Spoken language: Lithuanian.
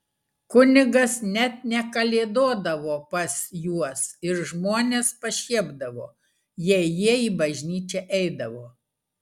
kunigas net nekalėdodavo pas juos ir žmonės pašiepdavo jei jie į bažnyčią eidavo